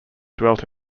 dwelt